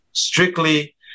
strictly